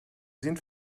sind